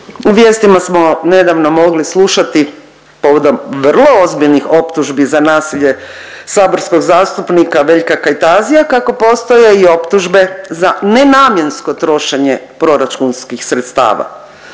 U vijestima smo nedavno mogli slušati povodom vrlo ozbiljnih optužbi za nasilje saborskog zastupnika Veljka Kajtazija kako postoje i optužbe za nenamjensko trošenje proračunskih sredstava.